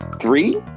Three